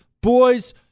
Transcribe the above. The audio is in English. Boys